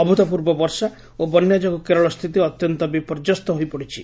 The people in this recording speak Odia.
ଅଭୂତପୂର୍ବ ବର୍ଷା ଓ ବନ୍ୟା ଯୋଗୁଁ କେରଳ ସ୍ଥିତି ଅତ୍ୟନ୍ତ ବିପର୍ଯ୍ୟସ୍ତ ହୋଇପଡ଼ିଛି